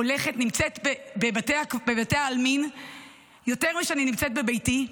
הולכת, נמצאת בבתי העלמין יותר משאני נמצאת בביתי.